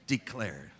Declared